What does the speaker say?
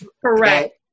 correct